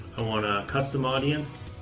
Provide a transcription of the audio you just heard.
i want a custom audience,